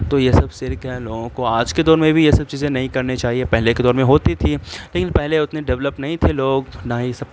تو یہ سب شرک ہے لوگوں کو آج کے دور میں بھی یہ سب چیزیں نہیں کرنے چاہیے پہلے کے دور میں ہوتی تھیں لیکن پہلے اتنے ڈیولپ نہیں تھے لوگ نہ ہی سب